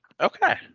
Okay